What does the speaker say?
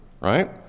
Right